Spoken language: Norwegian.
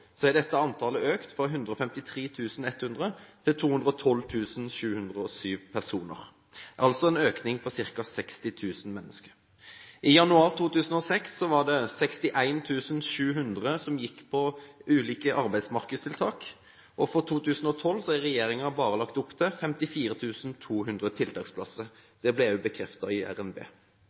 dette antallet økt fra 153 100 til 212 707 personer, altså en økning på ca. 60 000 mennesker. I januar 2006 var det 61 700 som gikk på ulike arbeidsmarkedstiltak, og for 2012 har regjeringen bare lagt opp til 54 200 tiltaksplasser. Det ble også bekreftet i